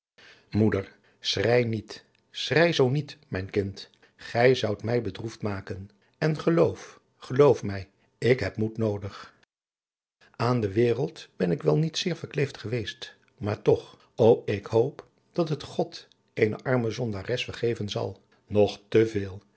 schrei niet schrei zoo niet mijn kind gij zoudt mij bedroefd maken en geloof geloof mij ik heb moed noodig aan de wereld ben ik wel niet zeer verkleefd geweest maar toch ô ik hoop dat het god eene arme zondares vergeven zal nog